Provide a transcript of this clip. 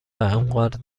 اونقدر